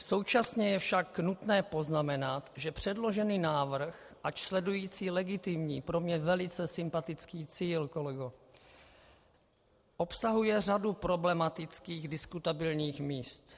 Současně je však nutné poznamenat, že předložený návrh, ač sledující legitimní, pro mne velice sympatický cíl, kolego, obsahuje řadu problematických diskutabilních míst.